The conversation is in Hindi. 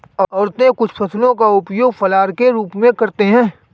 औरतें कुछ फसलों का उपयोग फलाहार के रूप में करते हैं